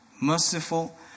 Merciful